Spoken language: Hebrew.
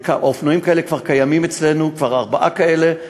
אופנועים כאלה כבר קיימים אצלנו, ארבעה כאלה.